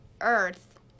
Earth